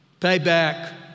Payback